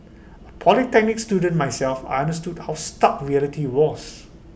A polytechnic student myself I understood how stark reality was